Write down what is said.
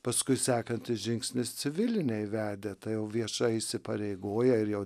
paskui sekantis žingsnis civiliniai vedę tai jau viešai įsipareigoję ir jau